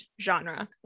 genre